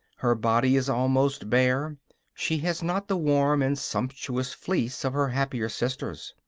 her body is almost bare she has not the warm and sumptuous fleece of her happier sisters.